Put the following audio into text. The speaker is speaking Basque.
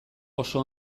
oso